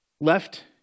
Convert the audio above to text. Left